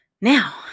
now